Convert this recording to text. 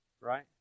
right